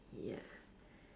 ya